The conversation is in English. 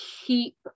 keep